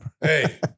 Hey